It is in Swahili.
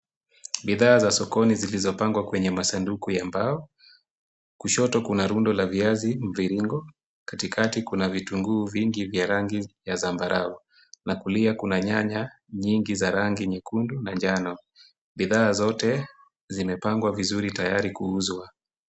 Bidhaa za sokoni zilizopangwa kwenye masanduku ya mbao, kushoto kuna rundo la viazi mviringo, katikati kuna vitunguu vingi vya rangi ya zambarau na kulia kuna nyanya nyingi za rangi nyekundu na njano. Bidhaa zote zimepangwa vizuri tayari kuuzwa.